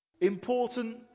Important